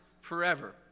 forever